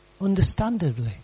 understandably